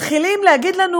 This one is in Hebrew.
מתחילים להגיד לנו